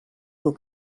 will